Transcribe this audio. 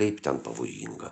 kaip ten pavojinga